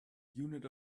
unit